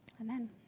Amen